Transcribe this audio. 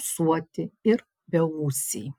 ūsuoti ir beūsiai